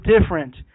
different